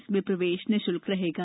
इसमें प्रवेश निःशुल्क रहेगा